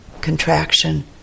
contraction